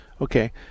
Okay